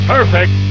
Perfect